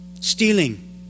stealing